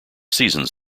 seasons